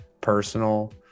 personal